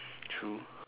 true